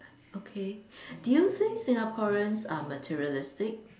okay do you think Singaporeans are materialistic